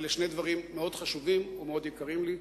אלה שני דברים מאוד חשובים ומאוד יקרים לי.